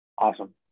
Awesome